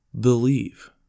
believe